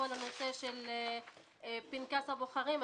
כל נושא של פנקס הבוחרים.